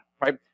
right